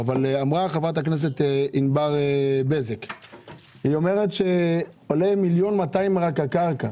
אבל אמרה חברת הכנסת ענבר בזק שרק הקרקע עולה מיליון ו-200 אלף שקלים.